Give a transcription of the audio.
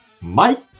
Mike